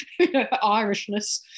Irishness